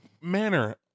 manner